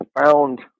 found